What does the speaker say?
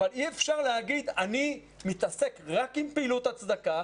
אבל אי אפשר להסתכל רק על פעילות הצדקה